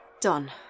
Done